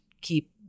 keep